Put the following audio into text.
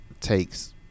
takes